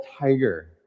tiger